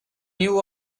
new